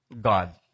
God